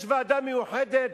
יש ועדה מיוחדת.